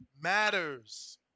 matters